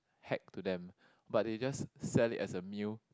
heck to them but they just sell it as a meal